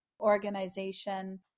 organization